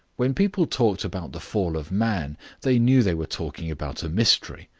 when people talked about the fall of man they knew they were talking about a mystery,